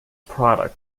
product